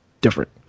different